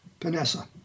Panessa